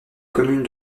commune